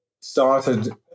started